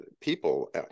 people